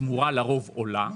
התמורה לרוב עולה,